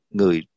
người